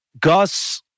Gus